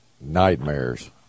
nightmares